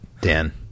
Dan